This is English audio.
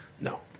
No